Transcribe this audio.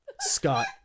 Scott